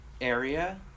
area